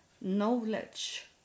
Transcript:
Knowledge